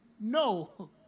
No